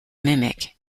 mimic